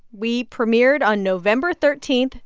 we premiered on november thirteen,